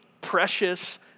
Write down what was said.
precious